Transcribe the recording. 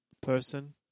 person